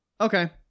Okay